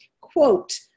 quote